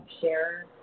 share